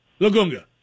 Lagunga